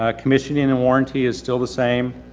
ah commissioning and and warranty is still the same.